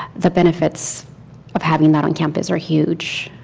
the benefits of having that on campus are huge.